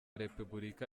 repubulika